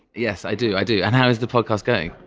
yes. i do, i do. and how is the podcast going?